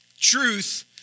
Truth